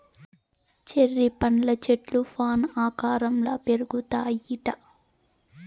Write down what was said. cherry పండ్ల చెట్లు fan ఆకారంల పెరుగుతాయిట